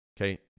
okay